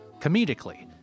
comedically